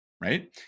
right